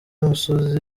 musozi